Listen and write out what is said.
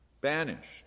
banished